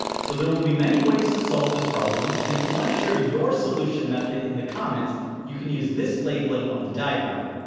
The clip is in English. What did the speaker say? so there will be many ways to solve this problem, and if you want to share your solution method in the comments, you can use this labeling of the diagram.